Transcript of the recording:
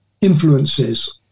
influences